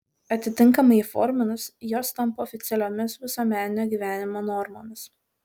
atitinkamai įforminus jos tampa oficialiomis visuomeninio gyvenimo normomis